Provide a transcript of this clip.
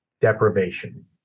deprivation